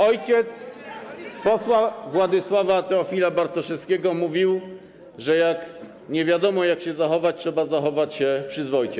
Ojciec posła Władysława Teofila Bartoszewskiego mówił, że jak nie wiadomo, jak się zachować, trzeba zachować się przyzwoicie.